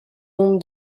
nombre